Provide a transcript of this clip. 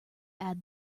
add